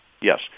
Yes